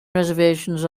reservations